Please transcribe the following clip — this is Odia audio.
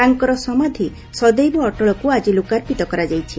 ତାଙ୍କର ସମାଧୀ ସଦୈବ ଅଟଳକୁ ଆଜି ଲୋକାର୍ପିତ କରାଯାଇଛି